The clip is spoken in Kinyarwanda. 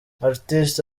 artist